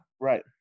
Right